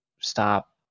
stop